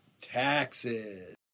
Taxes